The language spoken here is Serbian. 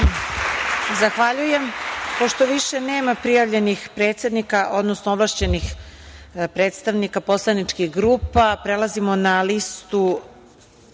Zahvaljujem. Pošto više nema prijavljenih predsednika odnosno ovlašćenih predstavnika poslaničkih grupa, prelazimo na listu